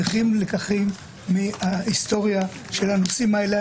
צריכים לקחים מההיסטוריה של הנושאים האלה.